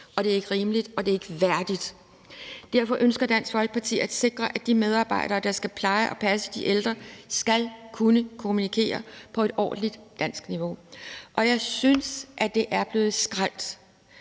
og det er ikke rimeligt, og det er ikke værdigt. Derfor ønsker Dansk Folkeparti at sikre, at de medarbejdere, der skal pleje og passe de ældre, skal kunne kommunikere på et ordentligt danskniveau. Jeg synes, det står skralt